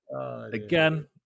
again